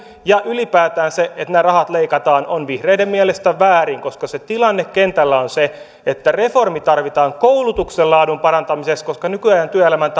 ja ylipäätään se että ne rahat leikataan on vihreiden mielestä väärin koska tilanne kentällä on se että reformi tarvitaan koulutuksen laadun parantamiseksi koska nykyajan työelämän